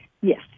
Yes